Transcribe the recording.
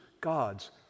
God's